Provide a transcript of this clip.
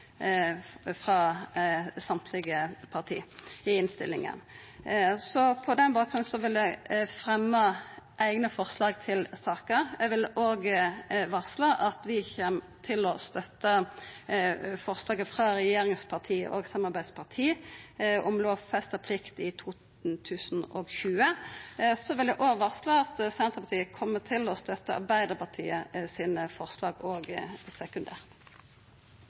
frå alle parti. På denne bakgrunn vil eg fremja forslaga vi har saman med SV i saka. Eg vil òg varsla at vi kjem til å støtta forslaget frå regjeringspartia og samarbeidspartia om ei lovfesta plikt i 2020. Så vil eg varsla at Senterpartiet kjem til å støtta Arbeidarpartiet sine forslag